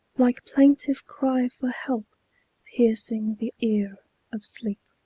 like plaintive cry for help piercing the ear of sleep.